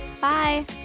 Bye